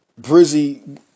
Brizzy